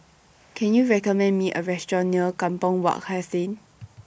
Can YOU recommend Me A Restaurant near Kampong Wak Hassan